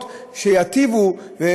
ואיך מקבלים באמת החלטות שייטיבו עם הציבור,